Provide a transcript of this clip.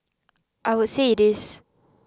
I would say it is